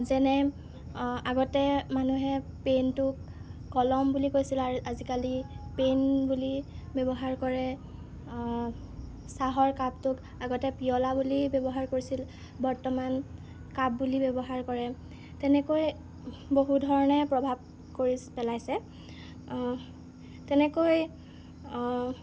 যেনে আগতে মানুহে পেইনটোক কলম বুলি কৈছিল আৰু আজিকালি পেইন বুলি ব্যৱহাৰ কৰে চাহৰ কাপটোক আগতে পিয়লা বুলি ব্যৱহাৰ কৰিছিল বৰ্তমান কাপ বুলি ব্যৱহাৰ কৰে তেনেকৈ বহু ধৰণে প্ৰভাৱ কৰি পেলাইছে তেনেকৈ